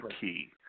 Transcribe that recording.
key